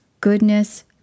goodness